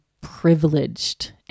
privileged